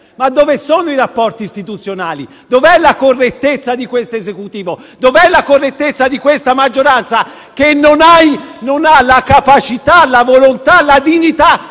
Ma dove sono i rapporti istituzionali, dov'è la correttezza di questo Esecutivo? Dov'è la correttezza di questa maggioranza che non ha la capacità, la volontà e neanche